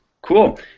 Cool